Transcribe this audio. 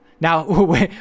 now